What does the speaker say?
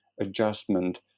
adjustment